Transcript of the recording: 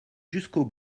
jusqu’au